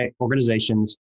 organizations